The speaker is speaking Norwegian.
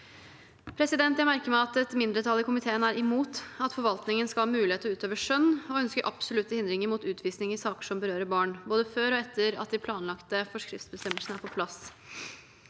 til UDI. Jeg merker meg at et mindretall i komiteen er imot at forvaltningen skal ha mulighet til å utøve skjønn, og ønsker absolutte hindringer mot utvisning i saker som berører barn, både før og etter at de planlagte forskriftsbestemmelsene er på plass.